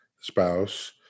spouse